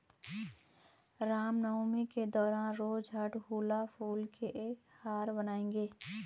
रामनवमी के दौरान रोज अड़हुल फूल के हार बनाएंगे